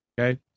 okay